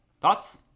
Thoughts